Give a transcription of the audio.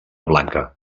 blanca